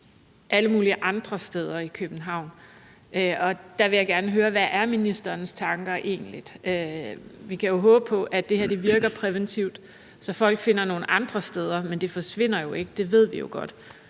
alle mulige andre steder i København? Der vil jeg gerne høre, hvad ministerens tanker egentlig er. Vi kan jo håbe på, at det her virker præventivt, så folk finder nogle andre steder, men det forsvinder jo ikke. Det ved vi jo godt.